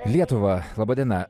lietuva laba diena